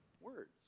words